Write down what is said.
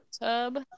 Tub